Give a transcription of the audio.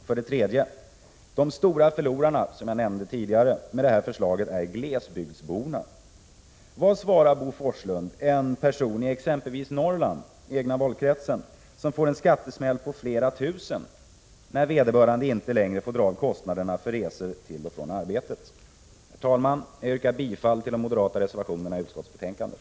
För det tredje: De stora förlorarna med detta förslag är glesbygdsborna, vilket jag nämnde tidigare. Vad svarar Bo Forslund en person i exempelvis Norrland, i den egna valkretsen, som får en skattesmäll på flera tusen kronor när vederbörande inte längre får dra av kostnaderna för resor till och från arbetet? Herr talman! Jag yrkar bifall till de moderata reservationerna i utskottsbetänkandet.